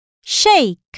shake